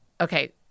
Okay